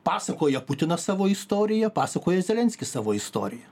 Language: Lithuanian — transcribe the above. pasakoja putinas savo istoriją pasakoja zelenskis savo istoriją